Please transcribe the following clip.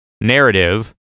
narrative